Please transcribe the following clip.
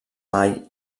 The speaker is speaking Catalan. mai